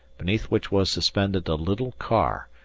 beneath which was suspended a little car,